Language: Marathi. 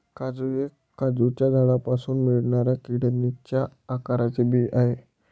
काजू हे काजूच्या झाडापासून मिळणाऱ्या किडनीच्या आकाराचे बी आहे